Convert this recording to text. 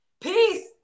Peace